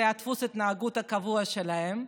זה דפוס ההתנהגות הקבוע שלהם.